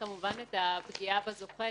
כמובן את הפגיעה בזוכה,